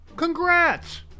Congrats